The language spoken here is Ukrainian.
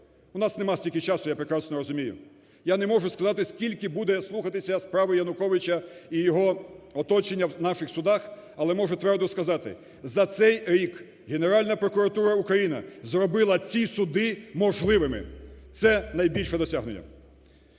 У нас немає стільки часу, я прекрасно розумію. Я не можу сказати, скільки буде слухатися справа Януковича і його оточення в наших судах, але можу твердо сказати: за цей рік Генеральна прокуратура України зробила ці суди можливими. Це найбільше досягнення.